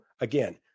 again